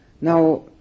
Now